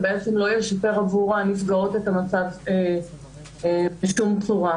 ובעצם לא ישפר עבור הנפגעות את המצב בשום צורה,